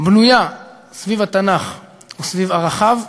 בנויה סביב התנ"ך וסביב ערכיו,